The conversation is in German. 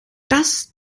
das